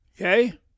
Okay